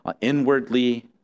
inwardly